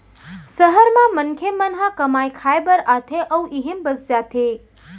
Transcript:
सहर म मनखे मन ह कमाए खाए बर आथे अउ इहें बस जाथे